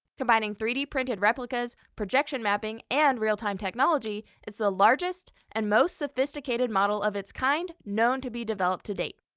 combining three d printed replicas, projection mapping, and real-time technology, it's the largest and most sophisticated model of its kind known to be developed to date.